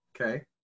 Okay